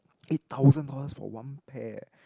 eight thousand dollars for one pair